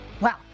Wow